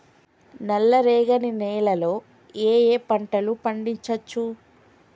నల్లరేగడి నేల లో ఏ ఏ పంట లు పండించచ్చు?